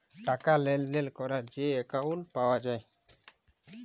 টাকা লেলদেল ক্যরার যে একাউল্ট পাউয়া যায়